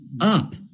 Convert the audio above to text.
up